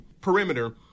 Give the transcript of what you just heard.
perimeter